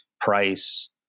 price